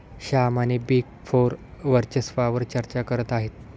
श्याम आणि big four वर्चस्वावार चर्चा करत आहेत